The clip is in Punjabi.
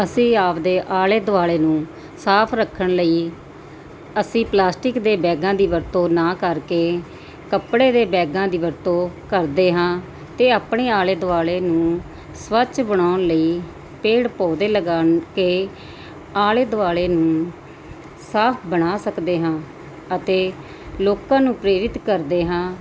ਅਸੀਂ ਆਪਦੇ ਆਲੇ ਦੁਆਲੇ ਨੂੰ ਸਾਫ ਰੱਖਣ ਲਈ ਅਸੀਂ ਪਲਾਸਟਿਕ ਦੇ ਬੈਗਾਂ ਦੀ ਵਰਤੋਂ ਨਾ ਕਰਕੇ ਕੱਪੜੇ ਦੇ ਬੈਗਾਂ ਦੀ ਵਰਤੋਂ ਕਰਦੇ ਹਾਂ ਅਤੇ ਆਪਣੇ ਆਲੇ ਦੁਆਲੇ ਨੂੰ ਸਵੱਛ ਬਣਾਉਣ ਲਈ ਪੇੜ ਪੌਦੇ ਲਗਾ ਕੇ ਆਲੇ ਦੁਆਲੇ ਨੂੰ ਸਾਫ ਬਣਾ ਸਕਦੇ ਹਾਂ ਅਤੇ ਲੋਕਾਂ ਨੂੰ ਪ੍ਰੇਰਿਤ ਕਰਦੇ ਹਾਂ